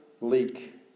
leak